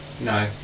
No